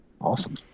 Awesome